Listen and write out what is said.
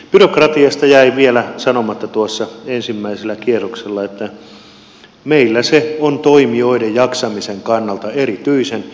byrokratiasta jäi vielä sanomatta tuossa ensimmäisellä kierroksella että meillä se on toimijoiden jaksamisen kannalta erityisen suuri riski